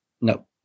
No